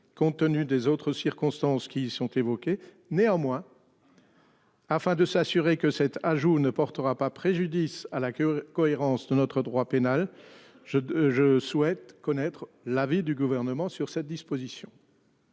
compte tenu des autres circonstances qui sont évoqués, néanmoins. Afin de s'assurer que cet ajout ne portera pas préjudice à la cohérence de notre droit pénal. Je, je souhaite connaître l'avis du gouvernement, sur cette disposition.